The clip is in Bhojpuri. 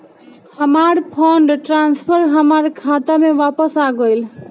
हमार फंड ट्रांसफर हमार खाता में वापस आ गइल